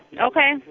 Okay